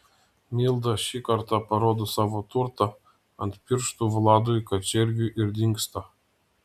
milda šį kartą parodo savo turtą ant pirštų vladui kačergiui ir dingsta